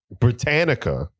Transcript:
Britannica